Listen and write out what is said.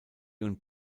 und